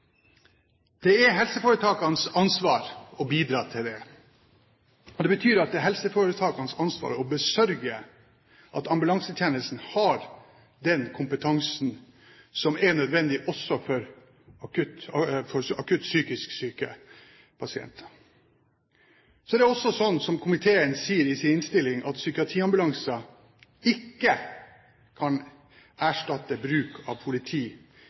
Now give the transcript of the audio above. Det er helseforetakenes ansvar å bidra til det. Det betyr at det er helseforetakenes ansvar å besørge at ambulansetjenesten har den kompetansen som er nødvendig også for akutt psykisk syke pasienter. Så er det også slik, som komiteen sier i sin innstilling, at psykiatriambulanser ikke kan erstatte bruk av politi